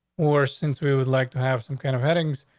or since we would like to have some kind of headings,